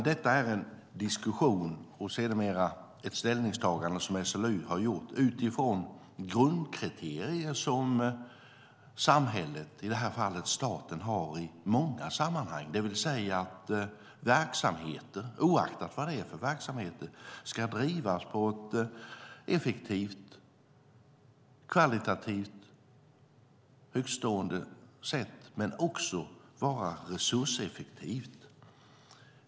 Detta är en diskussion som sedermera lett till ett ställningstagande som SLU gjort utifrån grundkriterier som samhället, i det här fallet staten, har i många sammanhang, det vill säga att verksamheten oavsett vad det är för verksamhet ska drivas på ett effektivt och kvalitativt högtstående sätt och samtidigt vara resurseffektiv.